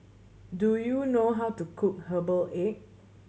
do you know how to cook herbal egg